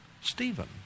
Stephen